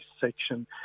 section